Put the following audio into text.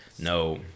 No